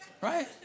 Right